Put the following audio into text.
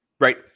Right